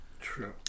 True